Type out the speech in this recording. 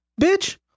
bitch